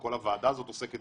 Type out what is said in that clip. כל הוועדה הזאת עוסקת